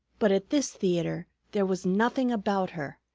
but at this theatre there was nothing about her,